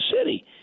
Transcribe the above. city